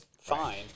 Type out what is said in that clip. fine